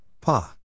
Pa